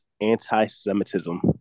anti-Semitism